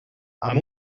amb